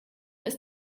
ist